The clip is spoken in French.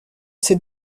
ces